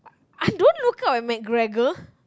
I don't look up at McGregor